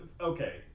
okay